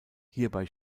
hierbei